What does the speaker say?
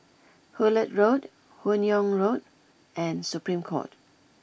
Hullet Road Hun Yeang Road and Supreme Court